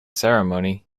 ceremony